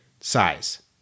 size